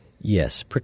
Yes